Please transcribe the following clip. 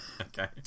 Okay